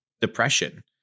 depression